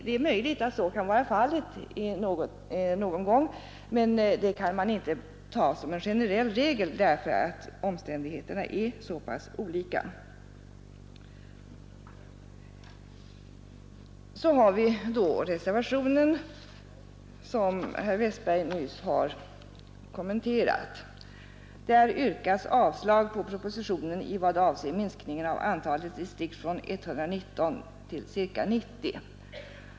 Det är möjligt att så någon gång kan vara fallet, men det kan man inte ta som en generell regel, därför att omständigheterna är så pass olika. Så har vi då reservationen som herr Westberg nyss har kommenterat. Där yrkas avslag på propositionen i vad avser minskningen av antalet distrikt från 119 till ca 90.